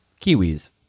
kiwis